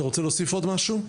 אתה רוצה להוסיף עוד משהו?